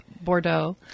Bordeaux